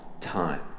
time